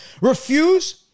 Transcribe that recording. refuse